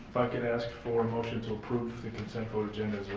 could ask for a motion to approve the consent photo agenda